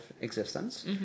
existence